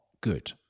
good